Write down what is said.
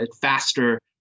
faster